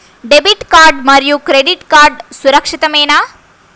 Debit card మరియు credit card సురక్షితమేనా?